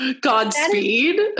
Godspeed